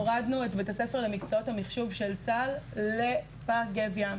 הורדנו את בית הספר למקצועות המחשוב של צה"ל לפארק גב ים.